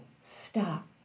stop